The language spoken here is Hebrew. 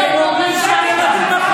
זה ממש שקר,